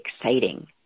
exciting